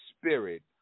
Spirit